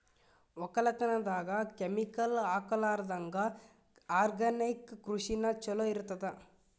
ಒಕ್ಕಲತನದಾಗ ಕೆಮಿಕಲ್ ಹಾಕಲಾರದಂಗ ಆರ್ಗ್ಯಾನಿಕ್ ಕೃಷಿನ ಚಲೋ ಇರತದ